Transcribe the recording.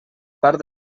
part